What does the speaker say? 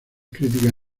críticas